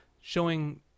showing